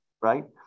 right